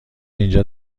اینجا